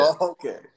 Okay